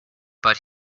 but